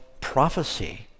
prophecy